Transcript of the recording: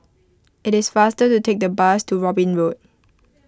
it is faster to take the bus to Robin Road